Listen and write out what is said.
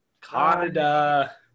canada